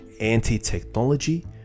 anti-technology